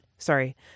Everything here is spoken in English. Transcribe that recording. Sorry